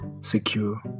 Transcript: secure